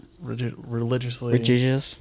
religiously